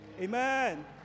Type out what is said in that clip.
Amen